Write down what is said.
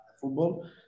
football